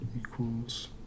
equals